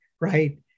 right